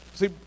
See